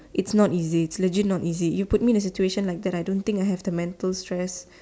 it's not easy it's legit not easy you put me in a situation like that I don't think I have the mental stress